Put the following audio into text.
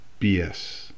BS